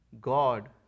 God